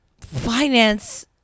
finance